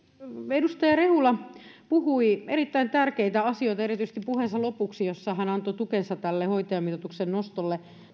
edustaja rehula puhui erittäin tärkeitä asioita erityisesti puheensa lopuksi kun hän antoi tukensa tälle hoitajamitoituksen nostolle